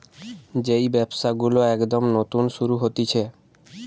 যেই ব্যবসা গুলো একদম নতুন শুরু হতিছে